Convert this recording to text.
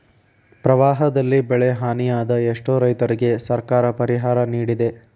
ಪ್ರವಾಹದಲ್ಲಿ ಬೆಳೆಹಾನಿಯಾದ ಎಷ್ಟೋ ರೈತರಿಗೆ ಸರ್ಕಾರ ಪರಿಹಾರ ನಿಡಿದೆ